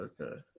Okay